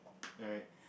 alright